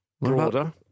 broader